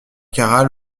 caral